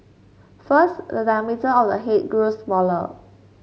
first the diameter of the head grew smaller